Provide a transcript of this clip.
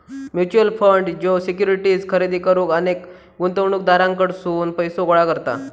mutual fund ज्यो securities खरेदी करुक अनेक गुंतवणूकदारांकडसून पैसो गोळा करता